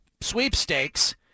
sweepstakes